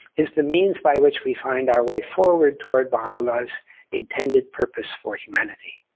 is the means by which we find our way forward toward baha'u'llah's intended purpose for humanity.